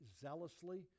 zealously